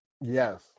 Yes